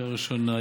קריאה ראשונה,